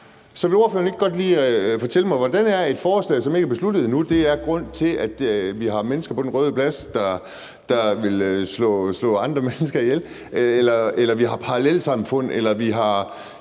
Vil ordføreren ikke godt lige fortælle mig, hvordan et forslag, der ikke er besluttet endnu, er grunden til, at vi har mennesker på Den Røde Plads, der vil slå andre mennesker ihjel, eller at vi har parallelsamfund og kvinder,